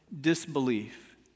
disbelief